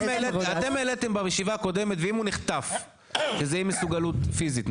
אתם העליתם בישיבה הקודמת ואם הוא נחטף שזה אי מסוגלות פיזית,